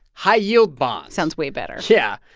high-yield bonds sounds way better yeah,